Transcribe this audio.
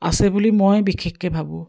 আছে বুলি মই বিশেষকৈ ভাবোঁ